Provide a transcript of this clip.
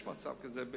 יש מצב כזה.